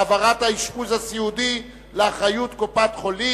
העברת האשפוז הסיעודי לאחריות קופות-החולים),